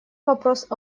вопрос